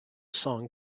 song